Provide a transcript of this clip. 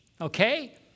okay